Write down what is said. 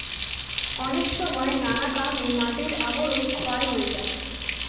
অনেক সময় নানা কারণে মাটির আবরণ ক্ষয় হয়ে যায়